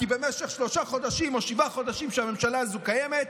כי במשך שלושה חודשים או שבעה חודשים שהממשלה הזו קיימת,